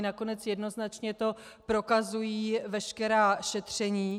Nakonec jednoznačně to prokazují veškerá šetření.